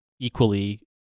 equally